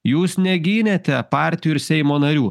jūs negynėte partijų ir seimo narių